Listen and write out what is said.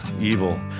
Evil